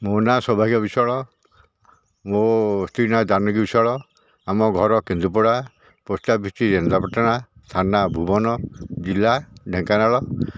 ମୋ ନାଁ ସୌଭାଗ୍ୟ ବିଶ୍ୱାଳ ମୋ ସ୍ତ୍ରୀ ନାଁ ଜାନକୀ ବିଶ୍ୱାଳ ଆମ ଘର କେନ୍ଦୁପଡ଼ା ପୋଷ୍ଟ୍ ଅଫିସ୍ ରେନ୍ଦାପାଟଣା ଥାନା ଭୁବନ ଜିଲ୍ଲା ଢେଙ୍କାନାଳ